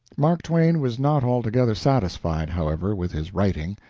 mark twain was not altogether satisfied, however, with his writing.